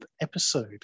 episode